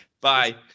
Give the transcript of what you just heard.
Bye